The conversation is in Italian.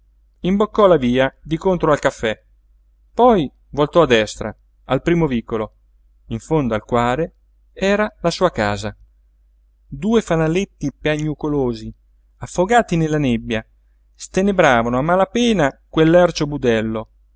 bastone imboccò la via di contro al caffè poi voltò a destra al primo vicolo in fondo al quale era la sua casa due fanaletti piagnucolosi affogati nella nebbia stenebravano a mala pena quel lercio budello